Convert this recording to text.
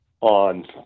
on